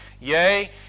Yea